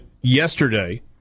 yesterday